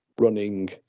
running